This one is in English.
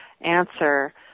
answer